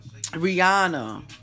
Rihanna